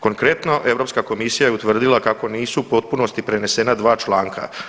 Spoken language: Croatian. Konkretno Europska komisija je utvrdila kako nisu u potpunosti prenesena dva članka.